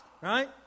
right